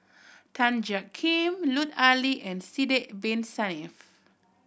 Tan Jiak Kim Lut Ali and Sidek Bin Saniff